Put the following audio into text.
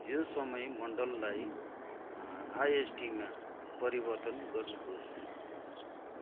यो समय मण्डललाई आइएसटीमा परिवर्तन गर्नुहोस्